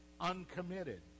uncommitted